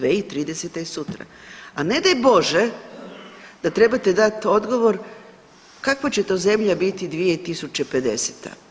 2030. je sutra, a ne daj bože da trebate dat odgovor kakva će to zemlja biti 2050.